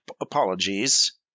Apologies